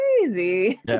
crazy